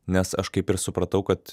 nes aš kaip ir supratau kad